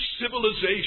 civilization